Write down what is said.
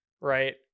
Right